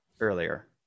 earlier